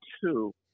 two